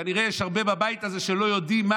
כנראה יש הרבה בבית הזה שלא יודעים מה